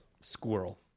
Squirrel